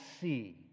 see